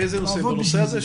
מה הנושא?